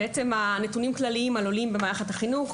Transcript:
נתונים כללים על עולים במערכת החינוך.